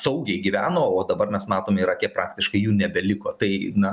saugiai gyveno o dabar mes matome irake praktiškai jų nebeliko tai na